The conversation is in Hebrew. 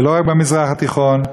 ולא רק במזרח התיכון,